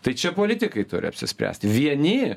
tai čia politikai turi apsispręsti vieni